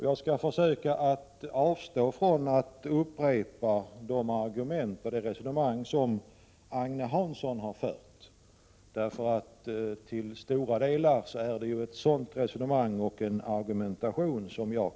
Jag skall försöka avstå från att upprepa Agne Hanssons argument och resonemang, eftersom jag till stora delar kan ställa mig bakom dem.